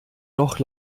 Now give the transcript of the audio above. doch